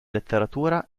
letteratura